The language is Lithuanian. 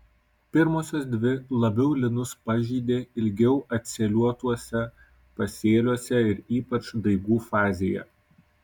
pirmosios dvi labiau linus pažeidė ilgiau atsėliuotuose pasėliuose ir ypač daigų fazėje